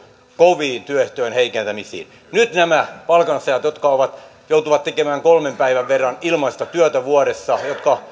koviin työehtojen heikentämisiin nyt nämä palkansaajat jotka joutuvat tekemään kolmen päivän verran ilmaista työtä vuodessa jotka